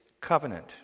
covenant